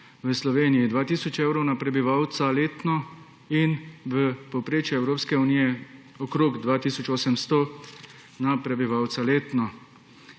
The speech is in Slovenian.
v Sloveniji je 2 tisoč evrov na prebivalca letno in v povprečju Evropske unije okrog 2 tisoč 800 na prebivalca letno.